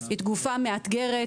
תקופה מאתגרת,